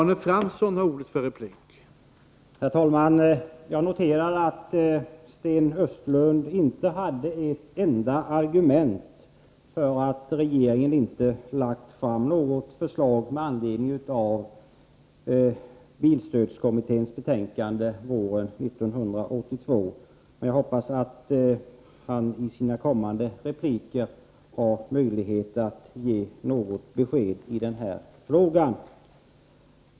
Herr talman! Jag noterar att Sten Östlund inte hade ett enda argument för att förklara varför regeringen inte har lagt fram något förslag med anledning av bilstödskommitténs betänkande våren 1982. Jag hoppas att han i sina kommande repliker har möjlighet att ge något besked i den här frågan.